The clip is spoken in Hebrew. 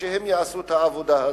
שיעשו את העבודה הזאת.